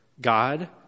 God